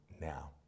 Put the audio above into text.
now